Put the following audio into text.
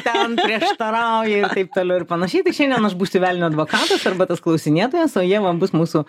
ten prieštarauja ir taip toliau ir panašiai tai šiandien aš būsiu velnio advokatas arba tas klausinėtojas o ieva bus mūsų